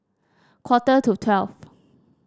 quarter to twelve